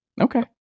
Okay